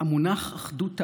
המונח "אחדות העם",